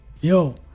Yo